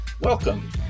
Welcome